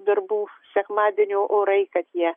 verbų sekmadienio orai kad jie